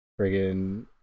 friggin